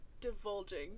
divulging